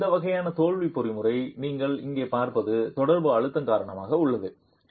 எனவே இந்த வகையான தோல்வி பொறிமுறை நீங்கள் இங்கே பார்ப்பது தொடர்பு அழுத்தம் காரணமாக உள்ளது